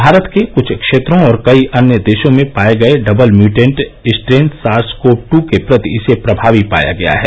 भारत के क्छ क्षेत्रों और कई अन्य देशों में पाए गए double mutant strain SARS CoV two के प्रति इसे प्रभावी पाया गया है